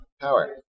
power